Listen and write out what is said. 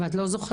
ואת לא זוכרת?